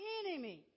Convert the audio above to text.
enemy